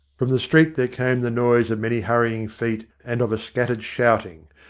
from the street there came the noise of many hurrying feet and of a scattered shout ing.